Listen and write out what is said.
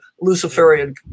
Luciferian